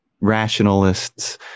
rationalists